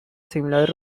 similar